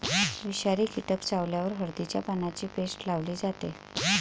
विषारी कीटक चावल्यावर हळदीच्या पानांची पेस्ट लावली जाते